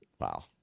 Wow